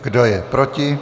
Kdo je proti?